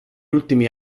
ultimi